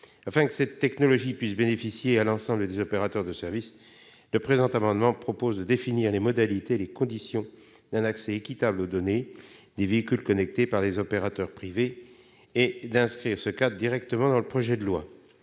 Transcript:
Afin que cette technologie puisse bénéficier à l'ensemble des opérateurs de services, le présent amendement vise à définir les modalités et les conditions d'un accès équitable aux données des véhicules connectés par les opérateurs privés et d'inscrire ce cadre directement dans le projet de loi.